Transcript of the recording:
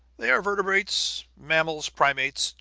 they are vertebrates, mammals, primates,